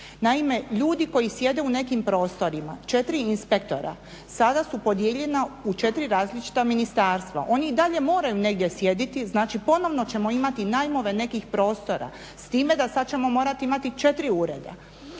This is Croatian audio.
Naime, ljudi koji sjede u nekim prostorima, četiri inspektora sada su podijeljena u četiri različita ministarstva, oni i dalje moraju negdje sjediti, znači ponovno ćemo imati najmove nekih prostora s time da sad ćemo morati imati četiri ureda.